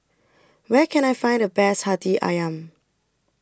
Where Can I Find The Best Hati Ayam